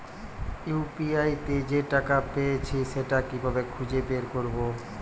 UPI তে যে টাকা পেয়েছি সেটা কিভাবে খুঁজে বের করবো?